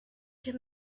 can